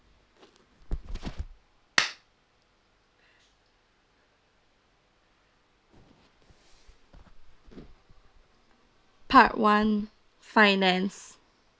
part one finance